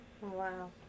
Wow